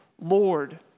Lord